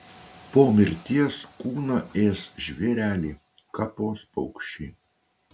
po mirties kūną ės žvėreliai kapos paukščiai